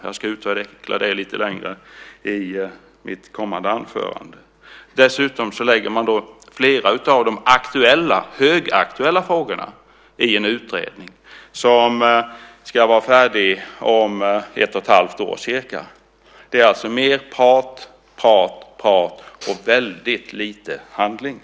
Jag ska utveckla det lite längre i mitt kommande inlägg. Dessutom lägger man flera av de högaktuella frågorna i en utredning som ska vara färdig om cirka ett och ett halvt år. Det är alltså prat, prat, prat och väldigt lite handling.